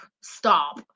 stop